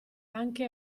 anche